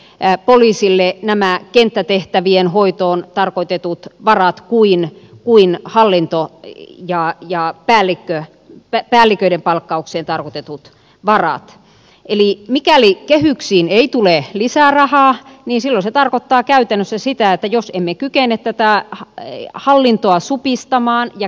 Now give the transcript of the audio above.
pääpoliisille nämä kenttätehtävien hoitoon tarkoitetut varat kuin kuin hallinto ei jaa jaa päälikkö päälliköiden palkkaukseen tarkoitetut varat eli mikäli kehyksiin ei tule lisää rahaa niin sillä se tarkoittaa käytännössä sitä että jos emme kykene tätä aho ei hallintoa supistamaan ja